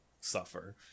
suffer